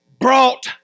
brought